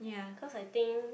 cause I think